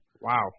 Wow